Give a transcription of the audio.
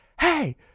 hey